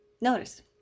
notice